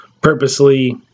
purposely